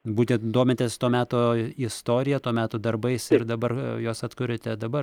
būtent domitės to meto istorija to meto darbais ir dabar juos atkuriate dabar